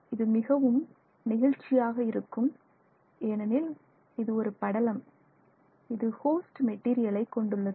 இது மிகவும் நெகிழ்ச்சியாக இருக்கும் ஏனெனில் இது ஒரு படலம் இது ஹோஸ்ட் மெட்டீரியலை கொண்டுள்ளது